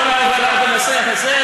את כל ההובלה בנושא הזה.